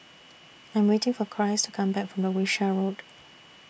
I Am waiting For Christ to Come Back from Wishart Road